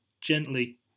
gently